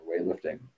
weightlifting